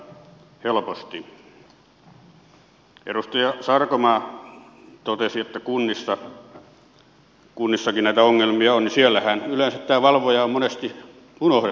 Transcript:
kun edustaja sarkomaa totesi että kunnissakin näitä ongelmia on niin siellähän yleensä tämä valvoja on monesti unohdettu